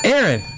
Aaron